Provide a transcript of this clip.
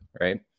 Right